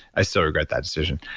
i still regret that decision,